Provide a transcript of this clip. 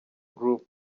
group